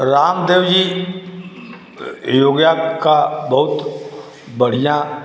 Ramdev ji yoga का बहुत बढ़िया